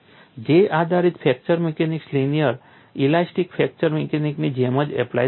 J આધારિત fracture mechanics linear elastic fracture મિકેનિક્સની જેમ જ એપ્લાય થાય છે